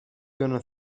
gonna